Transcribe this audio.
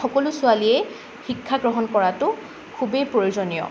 সকলো ছোৱালীয়েই শিক্ষাগ্ৰহণ কৰাটো খুবেই প্ৰয়োজনীয়